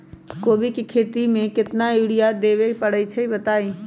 कोबी के खेती मे केतना यूरिया देबे परईछी बताई?